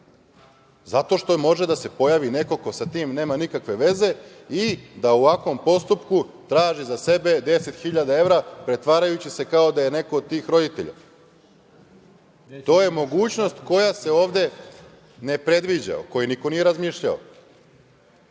zato što može da se pojavi neko ko sa tim nema nikakve veze i da u ovakvom postupku traži za sebe 10.000 evra pretvarajući se kao da je neko od tih roditelja. To je mogućnost koja se ovde ne predviđa, o kojoj niko nije razmišljao.